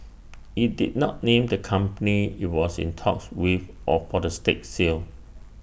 IT did not name the company IT was in talks with or for the stake sale